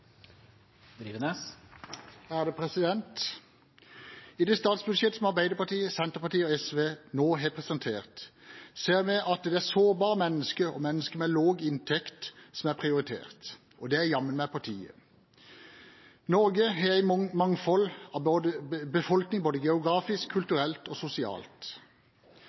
I det statsbudsjettet som Arbeiderpartiet, Senterpartiet og SV nå har presentert, ser vi at det er sårbare mennesker og mennesker med lav inntekt som er prioritert – og det er jammen meg på tide. Norge har en mangfoldig befolkning, både geografisk, kulturelt og sosialt.